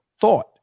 thought